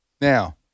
Now